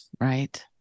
Right